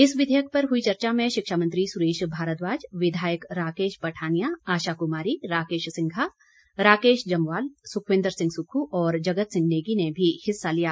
इस विधेयक पर हुई चर्चा में शिक्षामंत्री सुरेश भारद्वाज विधायक राकेश पठानिया आशा कुमारी राकेश सिंघा राकेश जम्वाल सुखविंद्र सिंह सुक्खू और जगत सिंह नेगी ने भी हिस्सा लिया